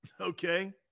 Okay